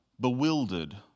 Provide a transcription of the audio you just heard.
bewildered